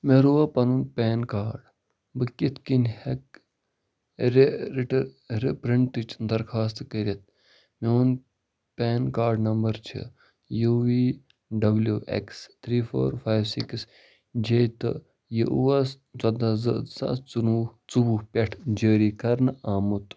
مےٚ روو پَنُن پین کارڈ بہٕ کِتھ کٔنۍ ہیٚکہٕ رِپرٛٹٕچ درخوٛاست کٔرِتھ میٛون پین کارڈ نمبر چھُ U V W X three four five six J تہٕ یہِ اوس ژۄداہ زٕ زٕ ساس ژُنوُہ ژوٚوُہ پٮ۪ٹھ جٲری کرنہٕ آمُت